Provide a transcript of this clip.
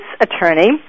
attorney